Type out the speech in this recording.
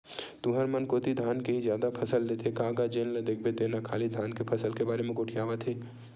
तुंहर मन कोती धान के ही जादा फसल लेथे का गा जेन ल देखबे तेन ह खाली धान के फसल के बारे म गोठियावत हे?